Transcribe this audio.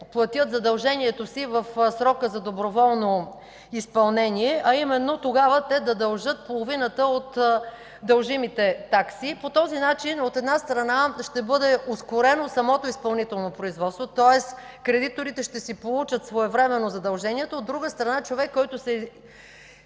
платят задължението си в срока за доброволно изпълнение, а именно тогава те да дължат половината от дължимите такси. По този начин, от една страна, ще бъде ускорено самото изпълнително производство, тоест кредиторите ще си получат своевременно задълженията, от друга страна, човекът, който се